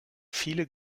viele